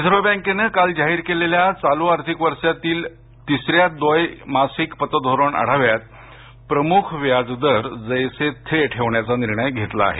reserve बँकेनं काल जाहीर केलेल्या चालू आर्थिक वर्षातल्या तिसऱ्या द्वैमासिक पतधोरण आढाव्यात प्रमुख व्याजदर जैसे थे ठेवण्याचा निर्णय घेतला आहे